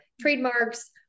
trademarks